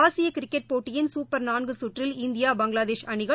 ஆசிய கிரிக்கெட் போட்டியின் சூப்பர் நான்கு கற்றில் இந்தியா பங்களாதேஷ் அணிகள்